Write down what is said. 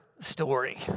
story